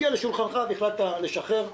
זה הגיע לשולחנך והחלטת לשחרר,